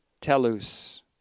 telus